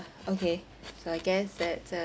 okay so I guess that the